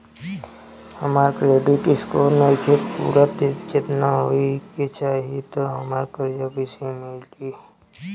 हमार credit score नईखे पूरत जेतना होए के चाही त हमरा कर्जा कैसे मिली?